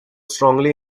strongly